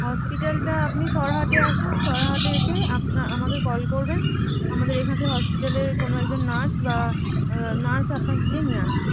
হসপিটালটা আপনি সরহাটে আসুন সরহাটে এসে আপনা আমাকে কল করবেন আমাদের এখান হসপিটালের কোনো একজন নার্স বা নার্স আপনাকে গিয়ে নিয়ে আসবে